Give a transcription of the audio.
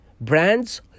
Brands